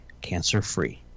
cancer-free